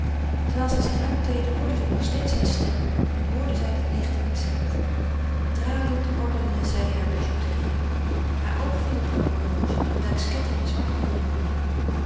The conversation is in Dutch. terwijl zij zich uitkleedde hoorde zij nog steeds zijn stem en hoorde zij dat lichte accent dralend ordende zij hare bijouterieën haar oog viel op heur horloge aan welks ketting een zwart medaillon hing